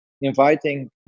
inviting